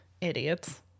idiots